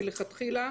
מלכתחילה,